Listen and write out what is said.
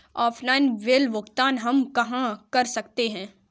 Offline bill भुगतान हम कहां कर सकते हैं?